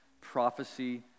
prophecy